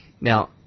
Now